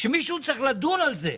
שמישהו צריך לדון בזה.